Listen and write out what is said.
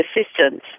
assistance